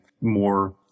more